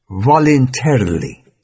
voluntarily